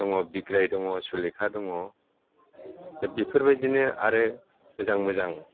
दङ बिग्राय दङ सुलिखा दङ दा बेफोरबायदिनो आरो मोजां मोजां